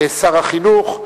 שר החינוך,